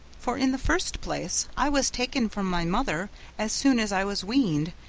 for in the first place i was taken from my mother as soon as i was weaned,